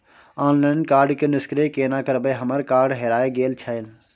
Online card के निष्क्रिय केना करबै हमर कार्ड हेराय गेल छल?